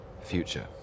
future